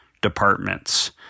departments